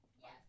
Yes